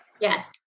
Yes